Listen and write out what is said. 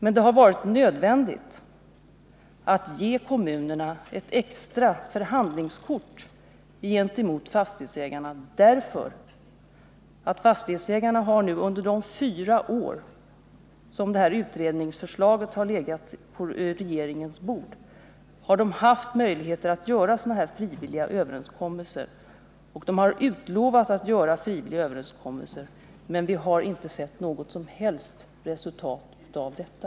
Men det har varit nödvändigt att ge kommunerna ett extra förhandlingskort gentemot fastighetsägarna, därför att fastighetsägarna nu under de fyra år som det här utredningsförslaget legat på regeringens bord har haft möjligheter att träffa sådana frivilliga överenskommelser. De har också lovat att göra det, men vi har hittills inte sett något som helst resultat av detta.